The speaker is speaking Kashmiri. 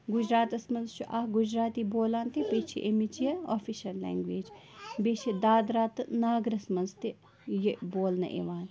گُجراتَس منٛز چھُ اَکھ گُجراتی بولان تہِ بیٚیہِ چھِ اَمِچ یہِ آفِشَل لینٛگویج بیٚیہِ چھِ دادرہ تہٕ ناگرَس منٛز تہِ یہِ بولنہٕ یِوان